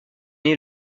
née